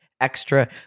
extra